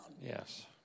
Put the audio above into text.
Yes